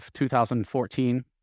2014